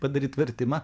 padaryt vertimą